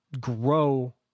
grow